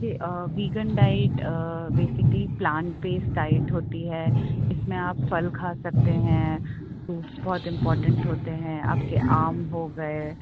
جی vegan diet basically plant based diet ہوتی ہے اس میں آپ پھل کھا سکتے ہیں فروٹس بہت امپورٹنٹ ہوتے ہیں آپ کے آم ہو گئے